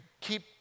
keep